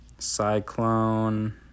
Cyclone